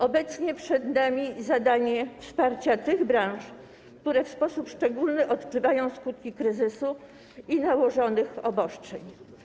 Obecnie przed nami zadanie wsparcia tych branż, które w sposób szczególny odczuwają skutki kryzysu i nałożonych obostrzeń.